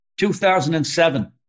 2007